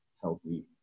healthy